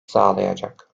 sağlayacak